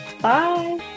Bye